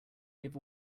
give